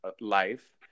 life